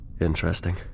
Interesting